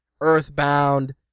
Earthbound